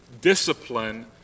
discipline